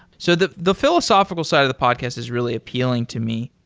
so the the philosophical side of the podcast is really appealing to me.